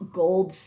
gold